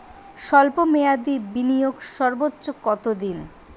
স্বল্প মেয়াদি বিনিয়োগ সর্বোচ্চ কত দিন?